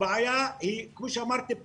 הבעיה היא כמו שאמרתי,